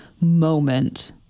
moment